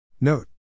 Note